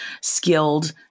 skilled